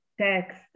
text